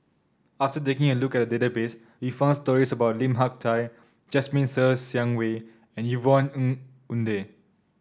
after taking a look at the database we found stories about Lim Hak Tai Jasmine Ser Xiang Wei and Yvonne Ng Uhde